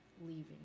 leaving